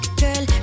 girl